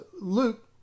Luke